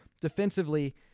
defensively